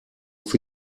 für